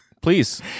Please